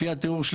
לפי התיאור של